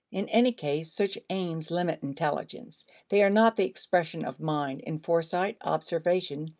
in any case such aims limit intelligence they are not the expression of mind in foresight observation,